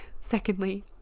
secondly